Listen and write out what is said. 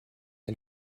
est